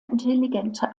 intelligente